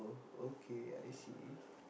oh okay I see